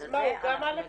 אז מה, היא גם א5?